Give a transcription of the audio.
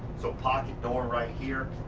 so, pocket door right here.